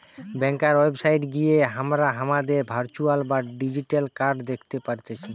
ব্যাংকার website গিয়ে হামরা হামাদের ভার্চুয়াল বা ডিজিটাল কার্ড দ্যাখতে পারতেছি